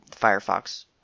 Firefox